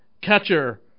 catcher